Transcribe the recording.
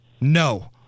no